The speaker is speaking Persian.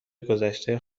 گذشته